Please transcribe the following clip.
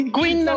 Queen